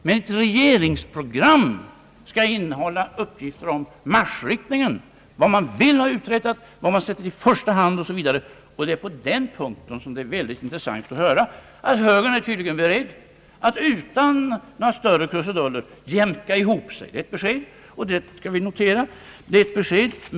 Men ett regeringsprogram skall innehålla uppgifter om marschriktningen, vad man vill ha uträttat, vad man sätter i första hand osv. Det är på den punkten mycket intressant att få höra, att högern tydligen är beredd att utan några större krusiduller jämka ihop sig. Det är ett besked, och det skall vi notera.